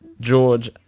George